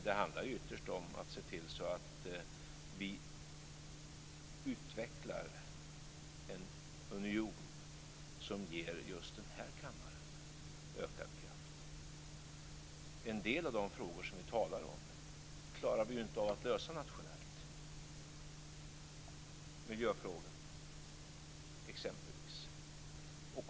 Det handlar ju ytterst om att se till att vi utvecklar en union som ger just den här kammaren ökad kraft. En del av de frågor vi talar om klarar vi inte av att lösa nationellt, exempelvis miljöfrågan.